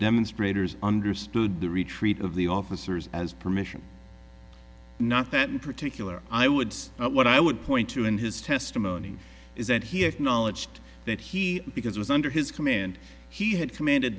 demonstrators understood the retreat of the officers as permission not that particular i would say what i would point to in his testimony is that he acknowledged that he because it was under his command he had comm